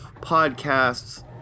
podcasts